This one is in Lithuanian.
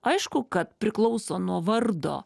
aišku kad priklauso nuo vardo